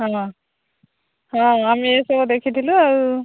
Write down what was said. ହଁ ହଁ ଆମେ ଏସବୁ ଦେଖିଥିଲୁ ଆଉ